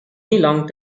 long